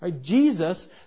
Jesus